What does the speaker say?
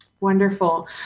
Wonderful